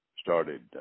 started